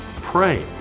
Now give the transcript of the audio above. pray